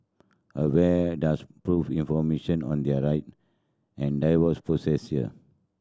aware does prove information on their right and the divorce process here